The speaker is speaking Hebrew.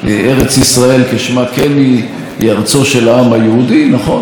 יש גם תושבים ערבים שגרים פה הרבה מאוד שנים,